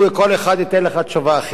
כל אחד ייתן לך תשובה אחרת.